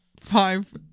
five